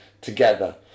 together